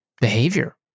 behavior